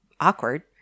Awkward